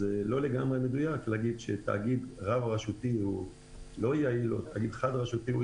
זה לא לגמרי מדויק להגיד שתאגיד רב-רשותי הוא יעיל או להיפך.